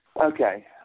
okay